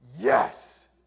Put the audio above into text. Yes